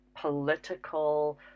political